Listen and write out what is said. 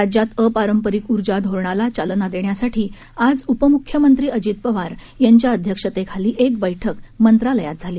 राज्यात अपारंपरिक ऊर्जा धोरणाला चालना देण्यासाठी आज उपमुख्यमंत्री अजित पवार यांच्या अध्यक्षतेखाली एक बक्कि मंत्रालयात झाली